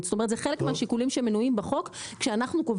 האם היו כל מיני פעולות לצמצום